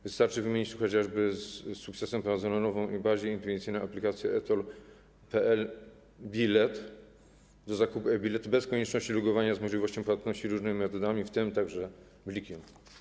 Wystarczy wymienić chociażby z sukcesem wprowadzoną, nową i bardziej intuicyjną aplikację e-TOLL PL Bilet do zakupu e-biletu bez konieczności logowania, z możliwością płatności różnymi metodami, w tym także blikiem.